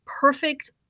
perfect